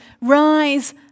rise